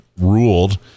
ruled